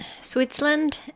Switzerland